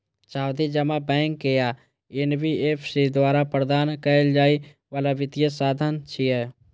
सावधि जमा बैंक या एन.बी.एफ.सी द्वारा प्रदान कैल जाइ बला वित्तीय साधन छियै